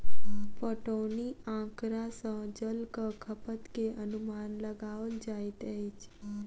पटौनी आँकड़ा सॅ जलक खपत के अनुमान लगाओल जाइत अछि